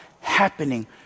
happening